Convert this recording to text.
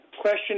question